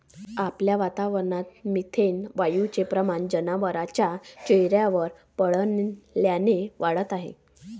आपल्या वातावरणात मिथेन वायूचे प्रमाण जनावरांच्या चाऱ्यावर पडल्याने वाढत आहे